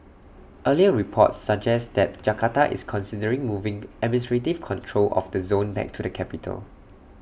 earlier reports suggest that Jakarta is considering moving administrative control of the zone back to the capital